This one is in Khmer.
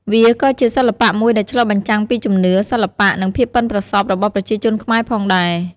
វាក៏ជាសិល្បៈមួយដែលឆ្លុះបញ្ចាំងពីជំនឿ សិល្បៈ និងភាពប៉ិនប្រសប់របស់ប្រជាជនខ្មែរផងដែរ។